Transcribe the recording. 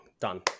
done